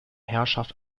herrschaft